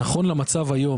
נכון למצב היום,